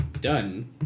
done